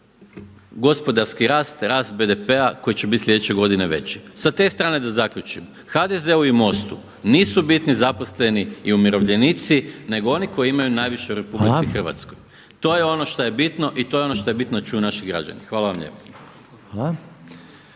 gospodarski rast, rast BDP-a koji će biti slijedeće godine veći. Sa te strane da zaključim. HDZ-u i MOST-u nisu bitni zaposleni i umirovljenici, nego oni koji imaju najviše u RH. To je ono što je bitno i to je ono što je bitno da čuju naši građani. Hvala vam lijepa.